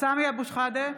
סמי אבו שחאדה,